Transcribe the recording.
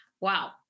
wow